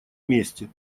месте